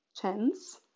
chance